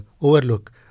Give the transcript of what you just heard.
overlook